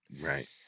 right